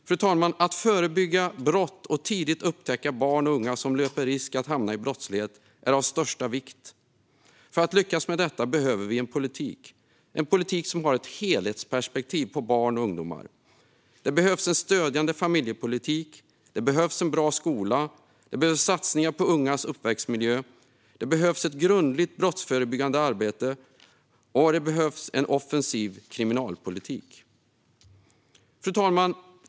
Fru talman! Att förebygga brott och tidigt upptäcka barn och unga som löper risk att hamna i brottslighet är av största vikt. För att lyckas med detta behöver vi en politik som har ett helhetsperspektiv på barn och ungdomar. Det behövs en stödjande familjepolitik, en bra skola, satsningar på ungas uppväxtmiljö, ett grundligt brottsförebyggande arbete och en offensiv kriminalpolitik. Fru talman!